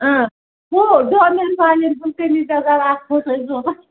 اۭں ہُہ والٮ۪ن ہُنٛد کٔمیٖز یَزار اَکھ اوس اَسہِ ضوٚرَتھ